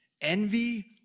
envy